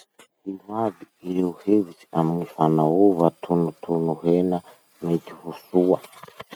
Ino aby ireo hevitsy amy fanaova tonotono hena mety ho soa?